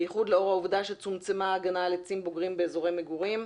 בייחוד לאור העובדה שצומצמה ההגנה על עצים בוגרים באזורי מגורים.